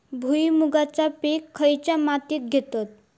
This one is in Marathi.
भुईमुगाचा पीक खयच्या मातीत घेतत?